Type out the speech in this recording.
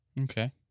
Okay